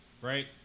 right